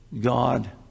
God